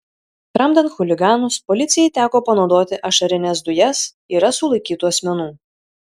tramdant chuliganus policijai teko panaudoti ašarines dujas yra sulaikytų asmenų